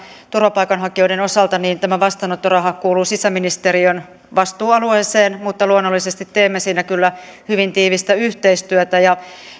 turvapaikanhakijoiden osalta tämä vastaanottoraha kuuluu sisäministeriön vastuualueeseen mutta luonnollisesti teemme siinä kyllä hyvin tiivistä yhteistyötä